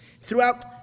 throughout